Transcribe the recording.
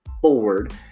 forward